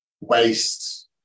waste